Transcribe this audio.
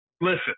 Listen